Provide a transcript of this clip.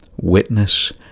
Witness